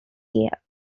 gear